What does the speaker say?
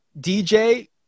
DJ